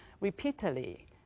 repeatedly